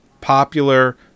popular